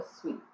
sweet